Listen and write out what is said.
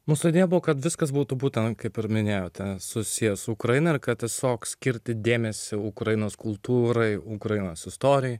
mūsų idėja buvo kad viskas būtų būtent kaip ir minėjote susiję su ukraina ir kad tiesiog skirti dėmesio ukrainos kultūrai ukrainos istorijai